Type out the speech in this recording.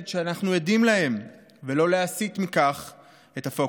שאנחנו עדים להם ולא להסיט מכך את הפוקוס,